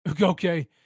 Okay